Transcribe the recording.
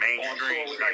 Mainstream